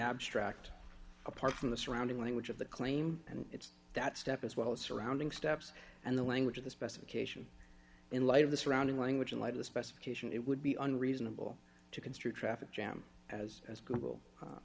abstract apart from the surrounding language of the claim and it's that step as well as surrounding steps and the language of the specification in light of the surrounding language in light of the specification it would be unreasonable to construe traffic jam as as google u